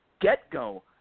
get-go